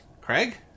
Craig